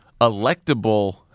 electable